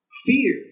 Fear